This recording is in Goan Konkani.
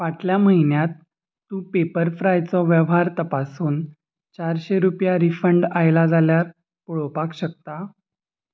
फाटल्या म्हयन्यांत तूं पॅपरफ्रायचो वेव्हार तपासून चारशे रुपया रिफंड आयला जाल्यार पळोवपाक शकता